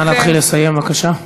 נא להתחיל לסיים בבקשה.